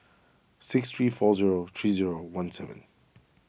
six three four zero three zero one seven